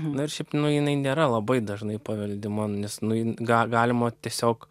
na ir šiaip nu jinai nėra labai dažnai paveldima nes nu in ga galima tiesiog